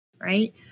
Right